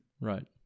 Right